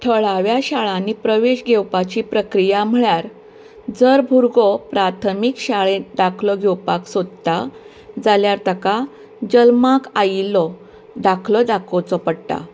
थळांव्या शाळांनी प्रवेश घेवपाची प्रक्रिया म्हळ्यार जर भुरगो प्राथमीक शाळेंत दाखलो घेवपाक सोदता जाल्यार ताका जल्माक आयिल्लो दाखलो दाखोवचो पडटा